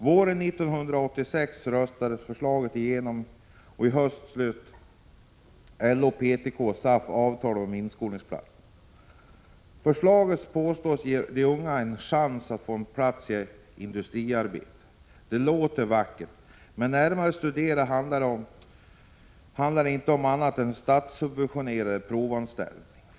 Våren 1986 röstades förslaget igenom, och i höstas slöt LO-PTK och SAF avtal om inskolningsplatserna. Förslaget påstås ge de unga en chans att få en plats i industriarbete. Det låter vackert, men närmare studerat handlar det inte om annat än statssubventionerade provanställningar.